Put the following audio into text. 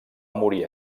morir